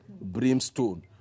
brimstone